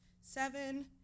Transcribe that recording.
seven